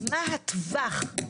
מה זה קשור